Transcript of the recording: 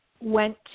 went